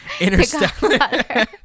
Interstellar